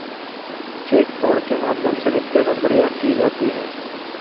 check fraud के माध्यम से वित्तीय गड़बड़ियां की जाती हैं